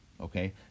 okay